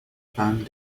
found